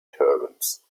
turbans